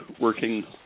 working